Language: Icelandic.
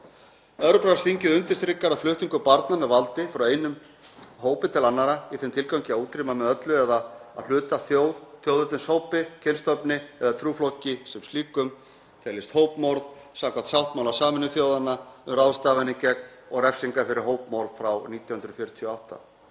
Evrópuráðsþingið undirstrikar að flutningur barna með valdi frá einum hópi til annars í þeim tilgangi að útrýma með öllu eða að hluta þjóð, þjóðernishópi, kynstofni eða trúflokki sem slíkum teljist hópmorð samkvæmt sáttmála Sameinuðu þjóðanna um ráðstafanir gegn og refsingar fyrir hópmorð frá 1948.